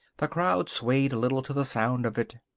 the crowd swayed a little to the sound of it.